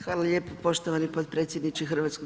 Hvala lijepo poštovani potpredsjedniče HS.